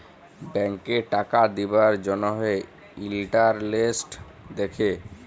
ব্যাংকে টাকা দিবার জ্যনহে ইলটারেস্ট দ্যাখে